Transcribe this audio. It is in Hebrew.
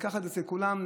וככה זה אצל כולם,